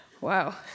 Wow